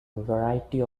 variety